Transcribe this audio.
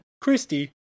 Christy